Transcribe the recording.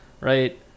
right